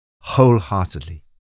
wholeheartedly